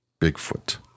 Bigfoot